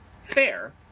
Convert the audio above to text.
fair